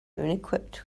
equipped